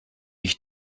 ich